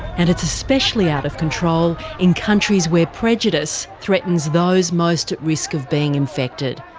and it's especially out of control in countries where prejudice threatens those most at risk of being infected.